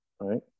right